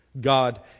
God